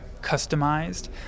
customized